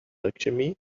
alchemy